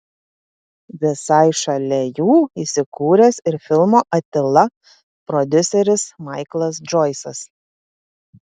visai šalia jų įsikūręs ir filmo atila prodiuseris maiklas džoisas